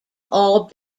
all